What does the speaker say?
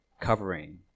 covering